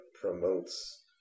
promotes